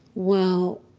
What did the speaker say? well,